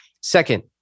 Second